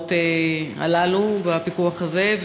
ההוראות האלה ואת הפיקוח הזה,